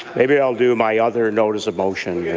maybe i'll do my other notice of motion.